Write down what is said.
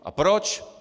A proč?